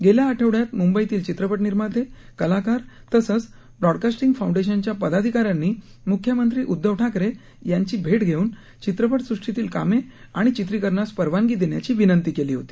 गेल्या आठवड्यात मुंबईतील चित्रपट निर्माते कलाकार तसेच ब्रॉडकास्टिंग फौंडेशनच्या पदाधिकाऱ्यांनी मुख्यमंत्री उद्धव ठाकरे यांची भेट घेऊन चित्रपटसृष्टीतील कामे आणि चित्रीकरणास परवानगी देण्याची विनंती केली होती